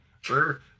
Sure